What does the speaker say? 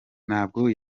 ntabwo